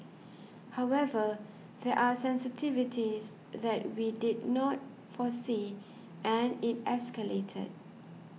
however there are sensitivities that we did not foresee and it escalated